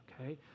Okay